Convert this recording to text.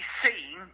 seen